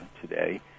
today